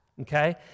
okay